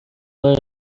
بار